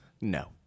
No